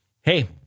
Hey